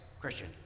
Christian